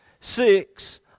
six